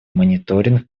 мониторинг